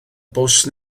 bws